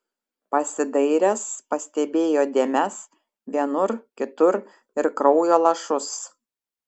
pasidairęs pastebėjo dėmes vienur kitur ir kraujo lašus